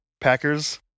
Packers